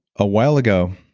a while ago,